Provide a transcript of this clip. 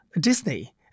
Disney